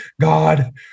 God